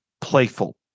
playful